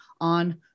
on